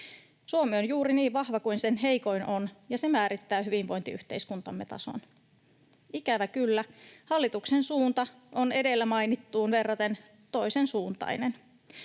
Suomi on juuri niin vahva kuin sen heikoin on, ja se määrittää hyvinvointiyhteiskuntamme tason. Ikävä kyllä hallituksen suunta on edellä mainittuun verraten toisen suuntainen.